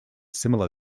similar